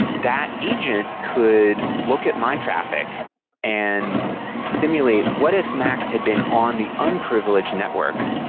that agent could look at my traffic and simulate, what if max had been on the unprivileged network?